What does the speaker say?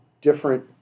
different